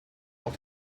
will